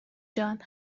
جان